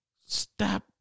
Stop